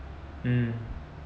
um